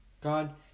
God